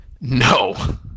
No